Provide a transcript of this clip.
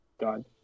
God